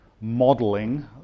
modeling